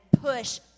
push